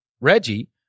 Reggie